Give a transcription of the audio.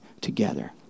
together